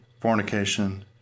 fornication